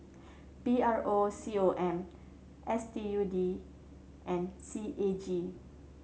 P R O C O M S U T D and C A G